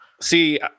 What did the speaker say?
See